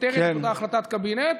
סותרת את אותה החלטת קבינט,